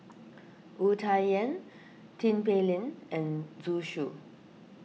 Wu Tsai Yen Tin Pei Ling and Zhu Xu